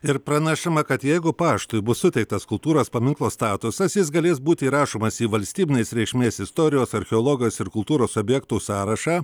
ir pranešama kad jeigu paštui bus suteiktas kultūros paminklo statusas jis galės būti įrašomas į valstybinės reikšmės istorijos archeologijos ir kultūros objektų sąrašą